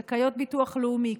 זכאיות ביטוח לאומי,